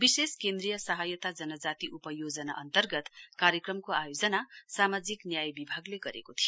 विशेष केन्द्रीय सहायता जनजाति उपयोजना अन्तर्गत कार्यक्रमको आयोजना सामाजिक न्याय बिभागले गरेको थियो